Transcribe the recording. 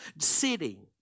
sitting